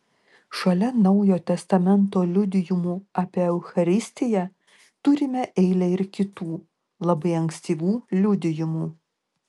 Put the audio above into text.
šalia naujo testamento liudijimų apie eucharistiją turime eilę ir kitų labai ankstyvų liudijimų